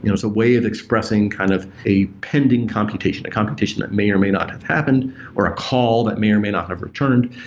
it's way of expressing kind of a pending computation, a computation that may or may not have happened or a call that may or may not have returned.